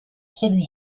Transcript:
celui